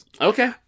Okay